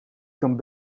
kan